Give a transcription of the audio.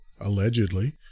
allegedly